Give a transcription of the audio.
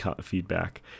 feedback